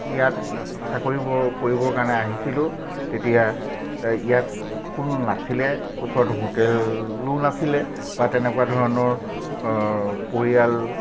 ইয়াত চাকৰি কৰিবৰ কাৰণে আহিছিলোঁ তেতিয়া ইয়াত কোনো নাছিলে ওচৰত হোটেলো নাছিলে বা তেনেকুৱা ধৰণৰ পৰিয়াল